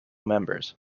members